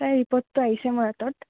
তাৰ ৰিপৰ্টটো আহিছে মোৰ হাতত